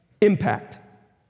Impact